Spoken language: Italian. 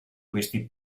questi